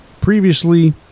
previously